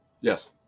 Yes